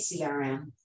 CRM